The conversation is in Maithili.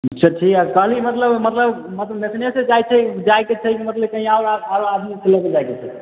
से किआ आर खाली मतलब मतलब मेसने से जाइके जाइके छै मतलब कहीँ आओर आओर आदमी लैके जाइके छै